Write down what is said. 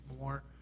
more